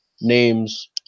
names